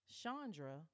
Chandra